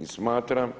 I smatram